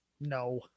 No